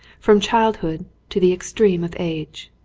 from child hood to the extreme of age.